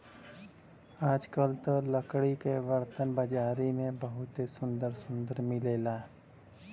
आजकल त लकड़ी के बरतन बाजारी में बहुते सुंदर सुंदर मिलेला